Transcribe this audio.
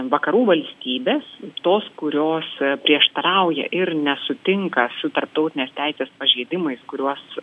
vakarų valstybės tos kurios prieštarauja ir nesutinka su tarptautinės teisės pažeidimais kuriuos